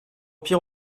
pire